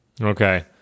Okay